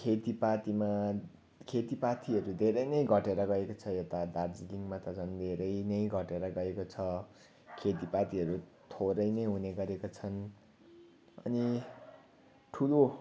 खेतीपातीमा खेतीपातीहरू धेरै नै घटेर गएको छ यता दार्जिलिङमा त झन् धेरै नै घटेर गएको छ खेतीपातीहरू थोरै नै हुने गरेका छन् अनि ठुलो